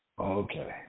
Okay